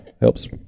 helps